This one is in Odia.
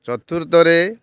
ଚତୁର୍ଥରେ